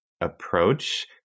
approach